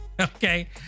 Okay